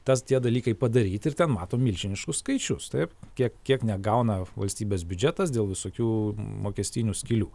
tas tie dalykai padaryti ir ten matom milžiniškus skaičius taip kiek kiek negauna valstybės biudžetas dėl visokių mokestinių skylių